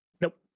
Nope